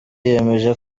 yemeje